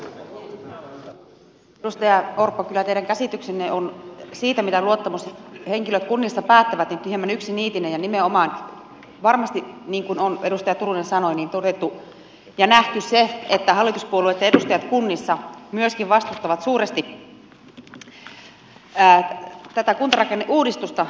edustaja orpo kyllä teidän käsityksenne on siitä mitä luottamushenkilöt kunnissa päättävät hieman yksiniitinen ja nimenomaan varmasti niin kuin edustaja turunen sanoi on todettu ja nähty se että hallituspuolueitten edustajat kunnissa myöskin vastustavat suuresti tätä kuntarakenneuudistusta